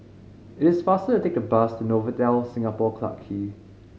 it is faster to take the bus Novotel Singapore Clarke Quay